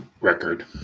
record